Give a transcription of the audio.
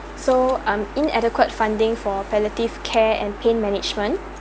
so um inadequate funding for palliative care and pain management